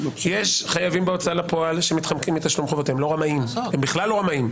יש חייבים בהוצאה לפועל שמתחמקים מתשלום חובותיהם הם בכלל לא רמאים.